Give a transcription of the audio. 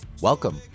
Welcome